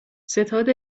ستاد